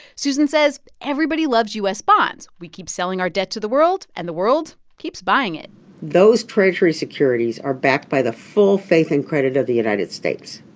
susan says everybody loves u s. bonds. we keep selling our debt to the world, and the world keeps buying it those treasury securities are backed by the full faith and credit of the united states.